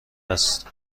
است